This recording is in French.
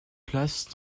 place